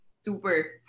Super